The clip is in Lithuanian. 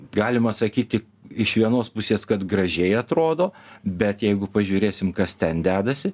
galima sakyti iš vienos pusės kad gražiai atrodo bet jeigu pažiūrėsim kas ten dedasi